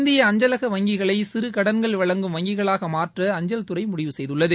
இந்திய அஞ்சலக வங்கிகளை சிறு கடன்கள் வழங்கும் வங்கிகளாக மாற்ற அஞ்சல்துறை முடிவு செய்துள்ளது